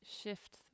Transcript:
shift